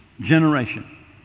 generation